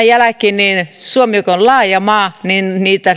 jälkeen suomi kun on laaja maa niitä